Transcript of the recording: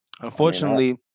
Unfortunately